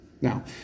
Now